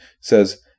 says